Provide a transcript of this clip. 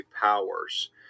powers